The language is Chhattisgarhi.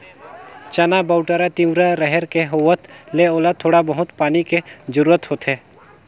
चना, बउटरा, तिंवरा, रहेर के होवत ले ओला थोड़ा बहुत पानी के जरूरत होथे